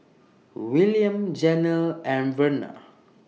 Wiliam Janel and Verna